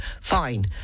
fine